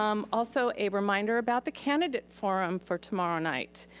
um also, a reminder about the candidate forum for tomorrow night,